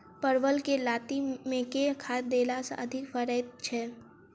परवल केँ लाती मे केँ खाद्य देला सँ अधिक फरैत छै?